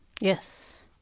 Yes